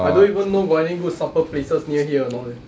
I don't even know got any good supper places near here or not eh